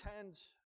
tends